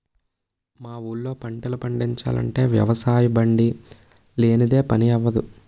మా ఊళ్ళో పంటలు పండిచాలంటే వ్యవసాయబండి లేనిదే పని అవ్వదు